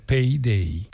Payday